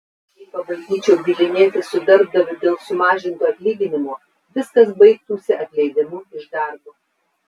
jei pabandyčiau bylinėtis su darbdaviu dėl sumažinto atlyginimo viskas baigtųsi atleidimu iš darbo